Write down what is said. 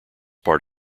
part